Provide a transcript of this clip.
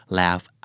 laugh